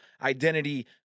identity